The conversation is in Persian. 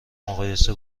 مقایسه